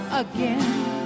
again